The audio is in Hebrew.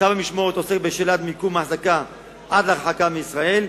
צו המשמורת עוסק בשאלת מקום ההחזקה עד להרחקה מישראל,